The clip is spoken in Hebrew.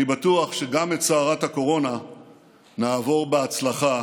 אני בטוח שגם את סערת הקורונה נעבור בהצלחה.